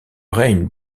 règne